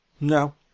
No